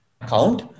account